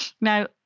Now